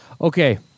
Okay